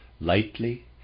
lightly